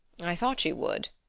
i thought you would,